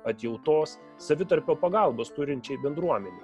atjautos savitarpio pagalbos turinčiai bendruomenei